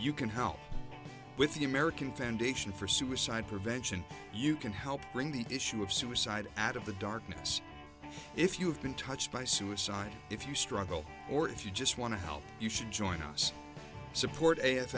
you can help with the american foundation for suicide prevention you can help bring the issue of suicide out of the darkness if you've been touched by suicide if you struggle or if you just want to help you should join us support